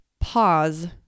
pause